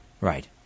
Right